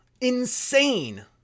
insane